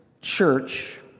church